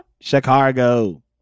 Chicago